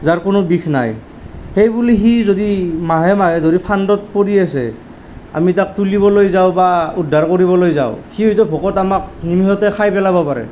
যাৰ কোনো বিষ নাই সেই বুলি সি যদি মাহে মাহে যদি ফান্দত পৰি আছে আমি তাক তুলিবলৈ যাওঁ বা উদ্ধাৰ কৰিবলৈ যাওঁ সি হয়তো ভোকত আমাক নিমিষতে খাই পেলাব পাৰে